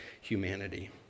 humanity